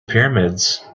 pyramids